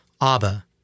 Abba